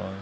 orh